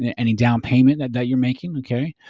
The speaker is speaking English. yeah any down payment that that you're making, okay.